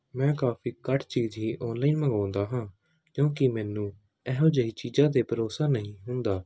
ਮੈਂ ਕਾਫੀ ਘੱਟ ਚੀਜ਼ ਹੀ ਔਨਲਾਈਨ ਮੰਗਾਉਂਦਾ ਹਾਂ ਕਿਉਂਕਿ ਮੈਨੂੰ ਇਹੋ ਜਿਹੀ ਚੀਜ਼ਾਂ 'ਤੇ ਭਰੋਸਾ ਨਹੀਂ ਹੁੰਦਾ